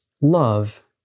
love